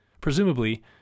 Presumably